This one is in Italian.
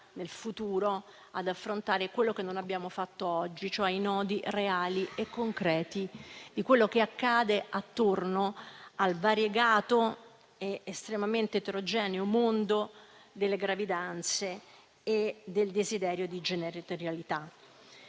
nel futuro ad affrontare quello che non abbiamo fatto oggi, cioè i nodi reali e concreti di quello che accade attorno al variegato ed estremamente eterogeneo mondo delle gravidanze e del desiderio di genitorialità.